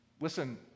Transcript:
Listen